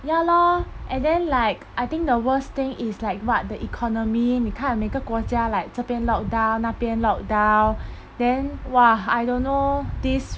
ya lor and then like I think the worst thing is like what the economy 你看每个国家 like 这边 lockdown 那边 lockdown then !wah! I don't know this